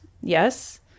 yes